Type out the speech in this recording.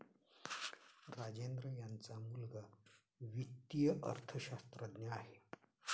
राजेंद्र यांचा मुलगा वित्तीय अर्थशास्त्रज्ञ आहे